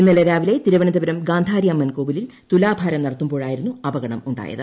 ഇന്നലെ രാവിലെ തിരുവനന്തപുരം ഗാന്ധാരി അമ്മൻ കോവിലിൽ തുലാഭാരം നടത്തുമ്പോഴായിരുന്നു അപകടം ഉണ്ടായത്